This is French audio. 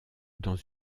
dans